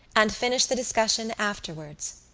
and finish the discussion afterwards.